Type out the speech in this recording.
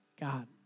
God